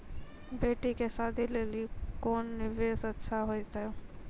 बेटी के शादी लेली कोंन निवेश अच्छा होइतै?